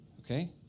Okay